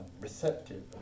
receptive